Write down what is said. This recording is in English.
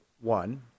one